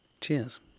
Cheers